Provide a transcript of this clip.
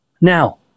Now